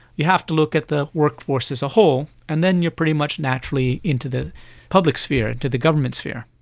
you have to look at the workforce as a whole, and then you are pretty much naturally into the public sphere, into the government sphere.